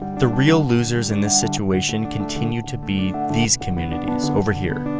the real losers in this situation continue to be these communities over here.